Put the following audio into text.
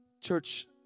Church